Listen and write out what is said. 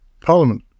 Parliament